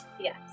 Yes